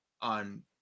on